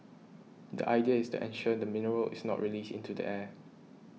the idea is to ensure the mineral is not released into the air